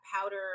powder